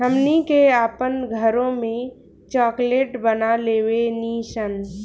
हमनी के आपन घरों में चॉकलेट बना लेवे नी सन